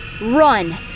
Run